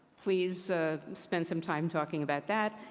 please spend some time talking about that.